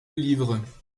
livre